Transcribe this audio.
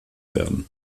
werden